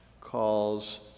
calls